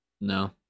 no